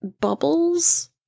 bubbles